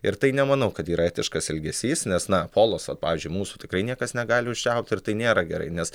ir tai nemanau kad yra etiškas elgesys nes na polaso pavyzdžiui mūsų tikrai niekas negali užčiaupti ir tai nėra gerai nes